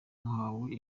muhawe